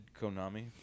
Konami